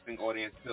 audience